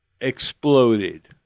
exploded